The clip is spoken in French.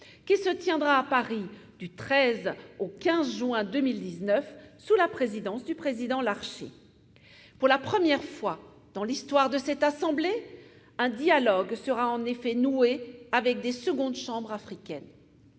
qui se tiendra, à Paris, du 13 au 15 juin 2019, sous la présidence du président Larcher. Pour la première fois dans l'histoire de cette assemblée, un dialogue sera en effet noué avec des secondes chambres africaines.